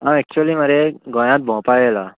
आं एक्चुली मरे गोंयांत भोंवपा येयलां